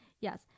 Yes